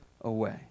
away